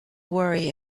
worry